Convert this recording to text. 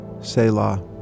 Selah